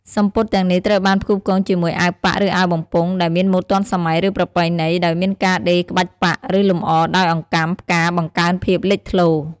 សំពត់ទាំងនេះត្រូវបានផ្គូផ្គងជាមួយអាវប៉ាក់ ឬអាវបំពង់ ដែលមានម៉ូដទាន់សម័យ ឬប្រពៃណី ដោយមានការដេរក្បាច់ប៉ាក់ ឬលម្អដោយអង្កាំ ផ្កា បង្កើនភាពលេចធ្លោ។